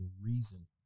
reason